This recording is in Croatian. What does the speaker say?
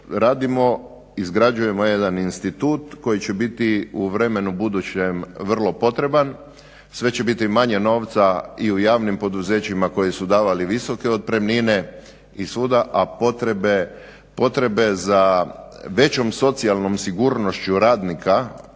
radimo, izgrađujemo jedan institut koji će biti u vremenu budućem vrlo potreban. Sve će biti manje novca i u javnim poduzećima koji su davali visoke otpremnine i svuda, a potrebe za većom socijalnom sigurnošću radnika,